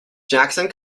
jackson